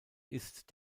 ist